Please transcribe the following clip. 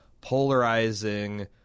polarizing